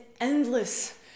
endless